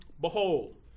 behold